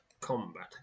combat